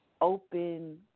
open